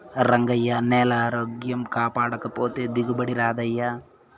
రంగయ్యా, నేలారోగ్యం కాపాడకపోతే దిగుబడి రాదయ్యా